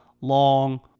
long